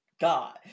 God